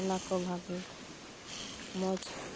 ᱚᱱᱟ ᱠᱚ ᱵᱷᱟᱹᱜᱤ ᱢᱚᱡᱽ